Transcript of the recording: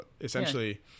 Essentially